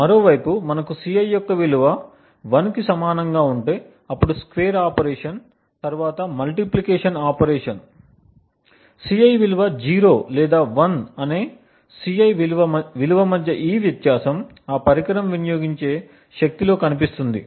మరోవైపు మనకు Ci యొక్క విలువ 1 కి సమానంగా ఉంటే అప్పుడు స్క్వేర్ ఆపరేషన్ తరువాత మల్టిప్లికేషన్ ఆపరేషన్ Ci విలువ 0 లేదా 1 అనే Ci విలువ మధ్య ఈ వ్యత్యాసం ఆ పరికరం వినియోగించే శక్తిలో కనిపిస్తుంది